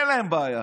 אין להם בעיה.